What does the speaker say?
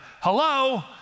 hello